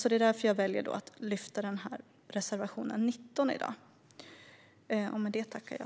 Det är därför som jag väljer att lyfta fram reservation 19 i dag.